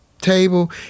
table